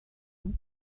nous